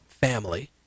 family